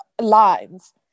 lines